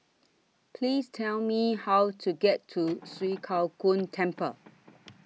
Please Tell Me How to get to Swee Kow Kuan Temple